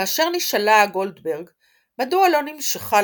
כאשר נשאלה גולדברג מדוע לא נמשכה